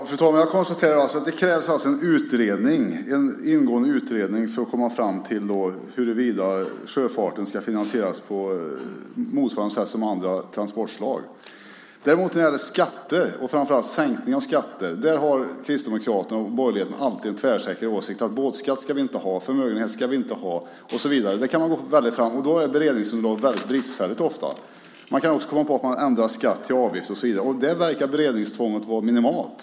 Fru talman! Jag konstaterar att det krävs en ingående utredning för att komma fram till huruvida sjöfarten ska finansieras på motsvarande sätt som andra transportslag. När det däremot gäller skatter och framför allt sänkning av skatter har Kristdemokraterna och borgerligheten alltid en tvärsäker åsikt, att båtskatt ska vi inte ha, förmögenhetsskatt ska vi inte ha, och så vidare. Då är beredningsunderlaget ofta väldigt bristfälligt. Man kan också komma på att man vill ändra en skatt till avgift, och där verkar beredningstvånget vara minimalt.